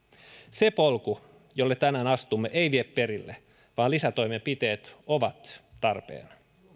se polku jolle tänään astumme ei vie perille vaan lisätoimenpiteet ovat tarpeen